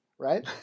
Right